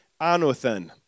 anothen